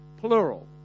plural